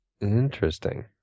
Interesting